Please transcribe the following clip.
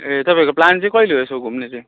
ए तपाईँहरूको प्लान चाहिँ कहिले हो यसो घुम्ने चाहिँ